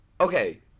okay